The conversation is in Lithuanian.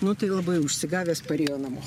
nu tai labai užsigavęs parėjo namo